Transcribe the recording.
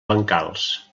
bancals